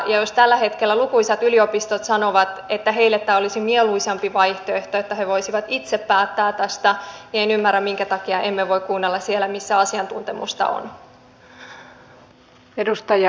jos tällä hetkellä lukuisat yliopistot sanovat että heille olisi mieluisampi vaihtoehto että he voisivat itse päättää tästä niin en ymmärrä minkä takia emme voi kuunnella siellä missä asiantuntemusta on